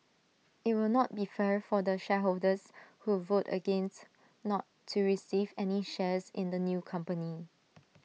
IT will not be fair for the shareholders who vote against not to receive any shares in the new company